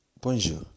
Bonjour